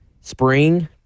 spring